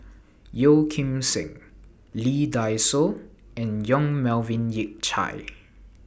Yeo Kim Seng Lee Dai Soh and Yong Melvin Yik Chye